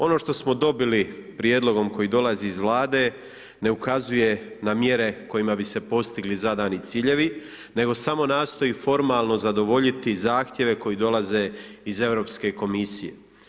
Ono što smo dobili prijedlogom koji dolazi iz Vlade ne ukazuje na mjere kojima bi se postigli zadani ciljevi, nego samo nastoji formalno zadovoljiti zahtjeve koji dolaze iz Europske komisije.